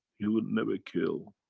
he will never kill,